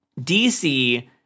DC